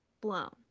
blown